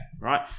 right